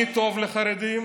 אני טוב לחרדים,